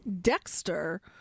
Dexter